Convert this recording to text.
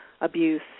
abuse